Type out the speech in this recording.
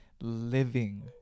Living